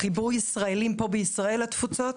חיבור ישראלים פה בישראל לתפוצות,